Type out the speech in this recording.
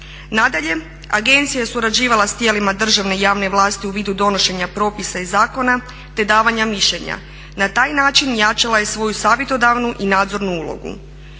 Nadalje, agencija je surađivala s tijelima državne i javne vlasti u vidu donošenja propisa i zakona te davanja mišljenja. Na taj način jačala je svoju savjetodavnu i nadzornu ulogu.